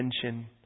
attention